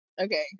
okay